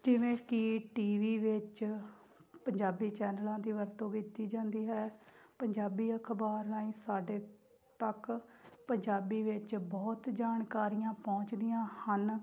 ਜਿਵੇਂ ਕਿ TV ਵਿੱਚ ਪੰਜਾਬੀ ਚੈਨਲਾਂ ਦੀ ਵਰਤੋਂ ਕੀਤੀ ਜਾਂਦੀ ਹੈ ਪੰਜਾਬੀ ਅਖਬਾਰ ਰਾਹੀਂ ਸਾਡੇ ਤੱਕ ਪੰਜਾਬੀ ਵਿੱਚ ਬਹੁਤ ਜਾਣਕਾਰੀਆਂ ਪਹੁੰਚਦੀਆਂ ਹਨ